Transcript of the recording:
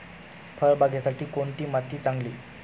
फळबागेसाठी कोणती माती चांगली?